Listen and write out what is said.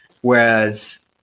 whereas